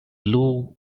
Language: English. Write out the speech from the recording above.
blue